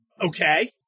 Okay